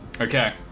okay